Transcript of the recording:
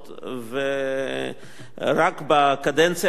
רק בקדנציה הקודמת,